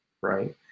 right